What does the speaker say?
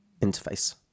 interface